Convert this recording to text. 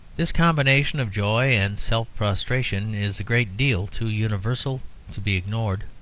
this combination of joy and self-prostration is a great deal too universal to be ignored.